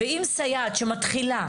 ואם סייעת שמתחילה,